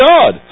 God